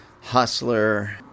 hustler